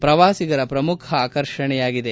ಪ್ರವಾಸಿಗರ ಪ್ರಮುಖ ಆಕರ್ಷಣೆಯಾಗಿದೆ